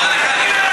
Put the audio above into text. חבר הכנסת ביטן,